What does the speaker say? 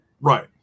Right